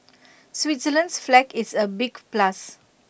Switzerland's flag is A big plus